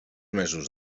mesos